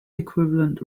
equivalent